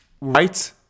right